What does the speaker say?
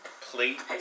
plate